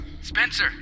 Spencer